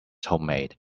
homemade